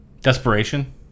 Desperation